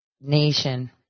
nation